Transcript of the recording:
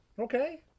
Okay